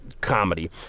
comedy